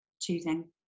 choosing